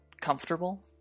comfortable